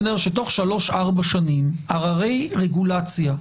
שתוך שלוש ארבע שנים הררי רגולציה,